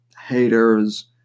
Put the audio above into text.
haters